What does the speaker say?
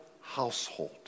household